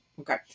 Okay